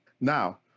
Now